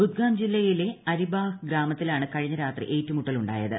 ബുധ്ഗാം ജില്ലയിലെ അരിബാഹ് ഗ്രാമത്തിലാണ് കഴിഞ്ഞ രാത്രി ഏറ്റുമുട്ടലുണ്ടായത്